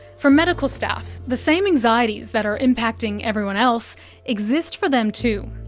for medical staff, the same anxieties that are impacting everyone else exist for them too,